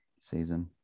season